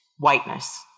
whiteness